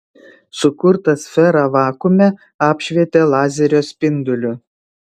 sukurtą sferą vakuume apšvietė lazerio spinduliu